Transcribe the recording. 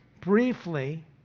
briefly